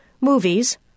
movies